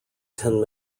ten